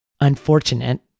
unfortunate